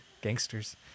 gangsters